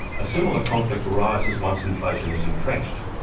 a similar conflict arises once inflation is entrenched.